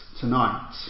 tonight